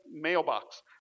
mailbox